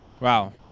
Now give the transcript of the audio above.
Wow